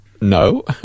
No